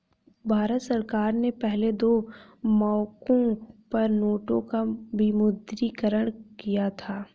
भारत सरकार ने पहले दो मौकों पर नोटों का विमुद्रीकरण किया था